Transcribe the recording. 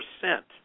percent